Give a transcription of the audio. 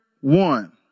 one